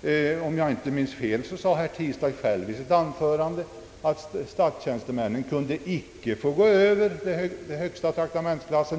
till. Om jag inte minns fel, sade herr Tistad i sitt anförande att statstjänstemännen inte någon gång kunde gå över den högsta traktamentsklassen.